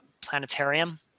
Planetarium